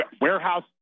warehouse